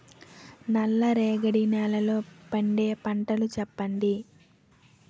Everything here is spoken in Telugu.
నల్ల రేగడి నెలలో పండే పంటలు చెప్పండి?